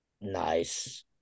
Nice